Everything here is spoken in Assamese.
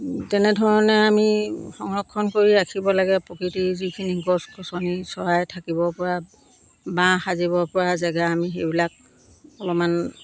তেনেধৰণে আমি সংৰক্ষণ কৰি ৰাখিব লাগে প্ৰকৃতিৰ যিখিনি গছ গছনি চৰাই থাকিব পৰা বাঁহ সাজিব পৰা জেগা আমি সেইবিলাক অলপমান